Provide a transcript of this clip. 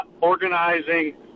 organizing